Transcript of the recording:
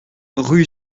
rue